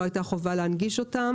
לא היתה חובה להנגיש ואתן.